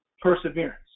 perseverance